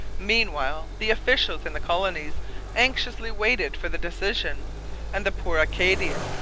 meanwhile the officials in the colonies anxiously waited for the decision and the poor acadians,